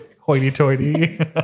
hoity-toity